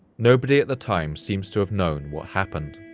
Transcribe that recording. nobody at the time seems to have known what happened.